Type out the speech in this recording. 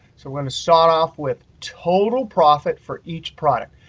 so we're going to start off with total profit for each product.